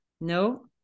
no